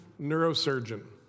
neurosurgeon